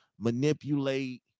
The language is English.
manipulate